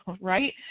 right